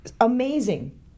amazing